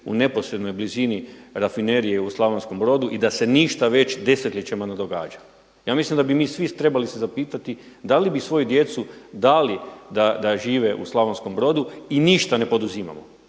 u neposrednoj blizini Rafinerije u Slavonskom Brodu i da se ništa već desetljećima ne događa. Ja mislim da bi mi svi trebali se zapitati da li bi svoju djecu dali da žive u Slavonskom Brodu i ništa ne poduzimamo,